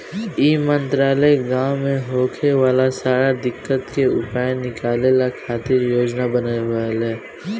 ई मंत्रालय गाँव मे होखे वाला सारा दिक्कत के उपाय निकाले खातिर योजना बनावेला